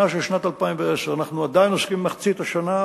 של שנת 2010. אנחנו עדיין עוסקים במחצית השנה,